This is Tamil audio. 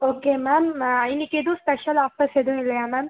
ஓகே மேம் இன்றைக்கு எதுவும் ஸ்பெஷல் ஆஃபர்ஸ் எதுவும் இல்லையா மேம்